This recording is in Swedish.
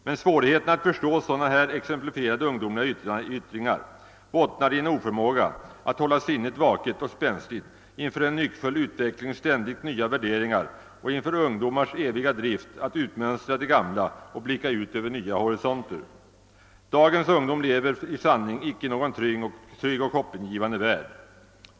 Men svårigheten att förstå sådana här ungdomliga yttringar bottnar i en oförmåga att hålla sinnet vaket och spänstigt inför en nyckfull utvecklings ständigt nya värderingar och inför ungdomars eviga drift att utmönstra det gamla och blicka ut över nya horisonter. Dagens ungdom lever i sanning icke i någon trygg och hoppingivande värld.